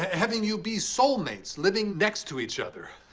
having you be soul mates, living next to each other.